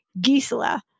Gisela